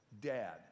dad